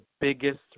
biggest